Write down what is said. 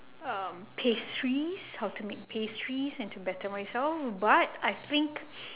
um pastries how to make pastries and to better myself but I think